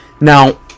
Now